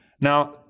Now